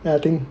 yeah I think